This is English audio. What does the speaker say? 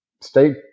Stay